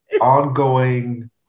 ongoing